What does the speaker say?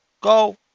go